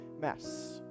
mess